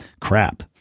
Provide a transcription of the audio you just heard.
crap